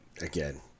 again